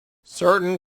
certain